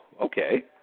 okay